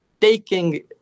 taking